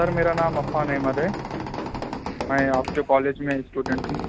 سر میرا نام عفان احمد ہے میں آپ کے کالج میں اسٹوڈنٹ ہوں